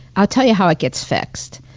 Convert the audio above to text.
i'll tell you how it gets fixed,